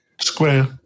Square